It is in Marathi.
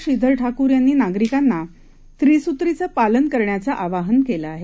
श्रीधर ठाकूर यांनी नागरिकांना त्रिसूत्रीचं पालन करण्याचं आवाहन केलं आहे